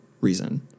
reason